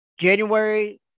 January